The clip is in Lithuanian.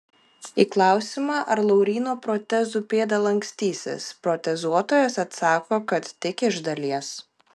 į klausimą ar lauryno protezų pėda lankstysis protezuotojas atsako kad tik iš dalies